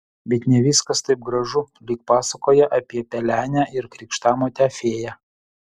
bet ne viskas taip gražu lyg pasakoje apie pelenę ir krikštamotę fėją